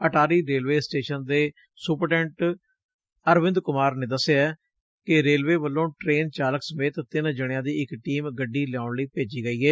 Attari railway station ਦੀ ਸੁਪਰਡੈਟ ਅਰਵਿੰਦ ਕੁਮਾਰ ਨੇਂ ਦਸਿਆ ਕਿ ਰੇਲਵੇ ਵਲੋ ਟੇਨ ਚਾਲਕ ਸਮੇਤ ਤਿੰਨ ਜਣਿਆਂ ਦੀ ਇਕ ਟੀਮ ਗੱਡੀ ਲਿਆਉਣ ਲਈ ਭੇਜੀ ਗਈ ਏ